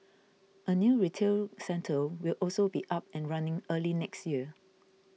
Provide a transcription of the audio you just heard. a new retail centre will also be up and running early next year